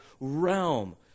realm